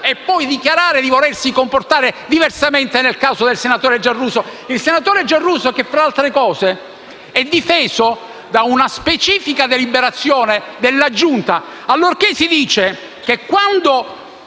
come dichiara di volersi comportare nel caso del senatore Giarrusso. Il senatore Giarrusso, fra le altre cose, è difeso da una specifica deliberazione della Giunta, allorché si dice che, quando